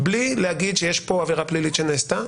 בלי להגיד שיש פה עבירה פלילית שנעשתה,